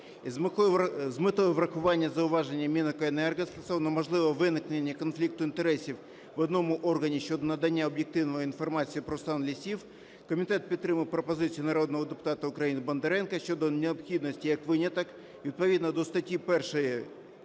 З метою врахування зауваження Мінекоенерго стосовно можливого виникнення конфлікту інтересів в одному органі щодо надання об'єктивної інформації про стан лісів комітет підтримав пропозицію народного депутата України Бондаренка щодо необхідності, як виняток, відповідно до частини першої